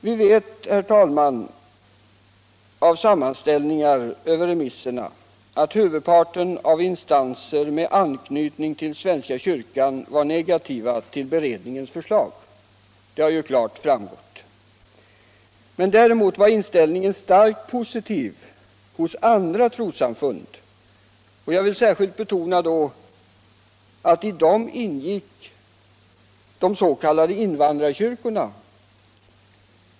Vi vet av sammanställningar över remisserna att huvudparten av remissinstanserna med anknytning till svenska kyrkan var negativ till beredningens förslag — det har klart framgått. Däremot var andra trossamfunds inställning till förslaget starkt positiv. Jag vill särskilt betona att bland dem fanns de s.k. invandrarkyrkorna.